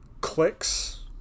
clicks